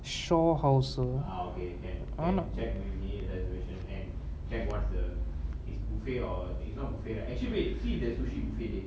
sure how sir I'm not